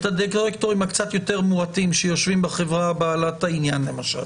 את הדירקטורים הקצת יותר מועטים שיושבים בחברה בעלת העניין למשל.